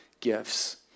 gifts